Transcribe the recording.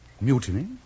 Mutiny